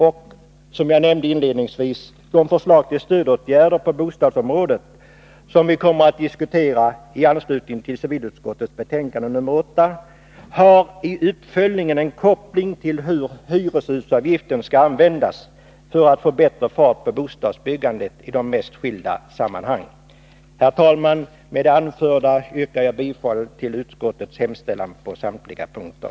Som jag nämnde 121 inledningsvis har också de förslag till stödåtgärder på bostadsområdet som vi kommer att diskutera i anslutning till civilutskottets betänkande 8 i sin uppföljning en koppling till hur hyreshusavgiften skall användas för att få bättre fart på bostadsbyggandet i de mest skilda sammanhang. Herr talman! Med det anförda yrkar jag bifall till utskottets hemställan på samtliga punkter.